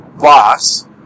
boss